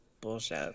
Bullshit